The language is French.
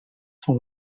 son